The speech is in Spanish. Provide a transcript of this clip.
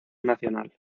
nacional